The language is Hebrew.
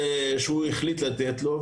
שהוא החליט לתת לו.